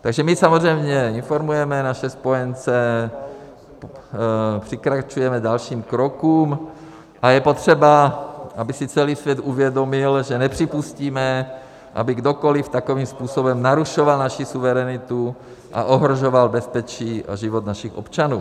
Takže my samozřejmě informujeme naše spojence, přikračujeme k dalším krokům a je potřeba, aby si celý svět uvědomil, že nepřipustíme, aby kdokoli takovým způsobem narušoval naši suverenitu a ohrožoval bezpečí a život našich občanů.